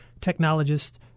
technologists